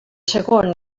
segon